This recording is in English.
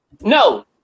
No